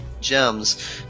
gems